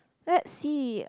let's see